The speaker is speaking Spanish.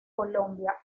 colombia